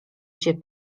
się